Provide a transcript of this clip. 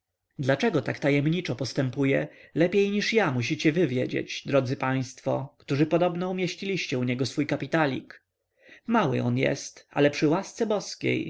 dlaczego tak tajemniczo postępuje lepiej niż ja musicie wy wiedzieć drodzy państwo którzy podobno umieściliście u niego swój kapitalik mały on jest ale przy łasce bożej